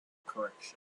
correction